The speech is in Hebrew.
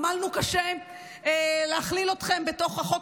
אנחנו עמלנו קשה להכליל אתכם בתוך החוק